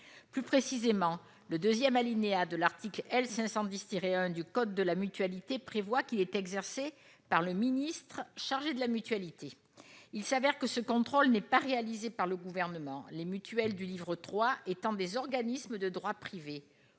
Plus précisément, le deuxième alinéa de l'article L. 510-1 du code de la mutualité prévoit qu'il est exercé par le ministre chargé de la mutualité. Il s'avère que ce contrôle n'est pas assuré par le Gouvernement, les mutuelles régies par le livre III étant des organismes de droit privé.